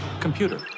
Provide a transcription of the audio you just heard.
Computer